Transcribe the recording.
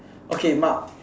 okay mark